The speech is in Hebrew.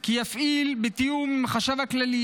כי יפעיל בתיאום עם החשב הכללי,